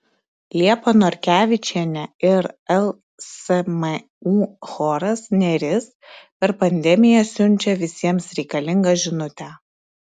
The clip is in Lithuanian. liepa norkevičienė ir lsmu choras neris per pandemiją siunčia visiems reikalingą žinutę